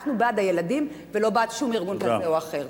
אנחנו בעד הילדים ולא בעד שום ארגון כזה או אחר.